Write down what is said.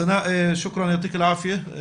סנא, שוקראן, בבקשה.